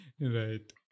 Right